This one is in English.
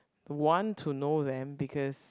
want to know them because